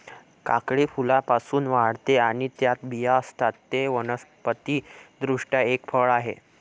काकडी फुलांपासून वाढते आणि त्यात बिया असतात, ते वनस्पति दृष्ट्या एक फळ आहे